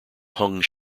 hung